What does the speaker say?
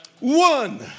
One